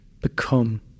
become